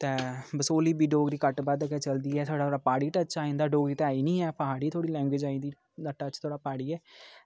ते बसोली बी डोगरी घट्ट बद्ध गै चलदी ऐ साढ़े थोह्ड़ा प्हाड़ी टच आई जंदा डोगरी ते है नी प्हाड़ी थोह्ड़ी लैंग्वेज आई जंदी ते टच थोह्ड़ा प्हाड़ी ऐ